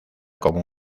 como